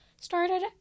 started